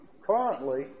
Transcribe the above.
currently